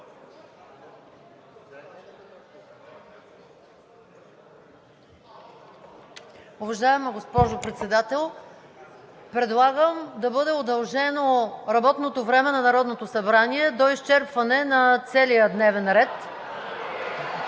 Уважаема госпожо Председател, предлагам да бъде удължено работното време на Народното събрание до изчерпване на целия дневен ред